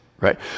right